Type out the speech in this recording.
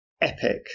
epic